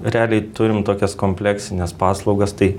realiai turim tokias kompleksines paslaugas tai